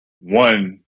one